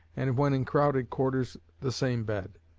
and when in crowded quarters the same bed.